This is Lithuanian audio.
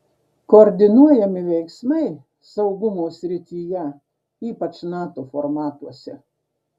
koordinuojami veiksmai saugumo srityje ypač nato formatuose